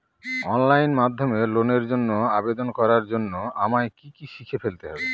Online মাধ্যমে লোনের জন্য আবেদন করার জন্য আমায় কি কি শিখে ফেলতে হবে?